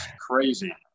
crazy